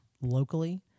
locally